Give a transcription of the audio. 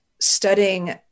studying